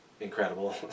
incredible